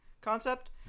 concept